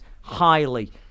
highly